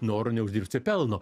norų neuždirbsi pelno